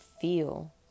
feel